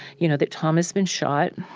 you know, that tom has been shot.